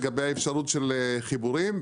לגבי האפשרות של חיבורים.